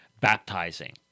baptizing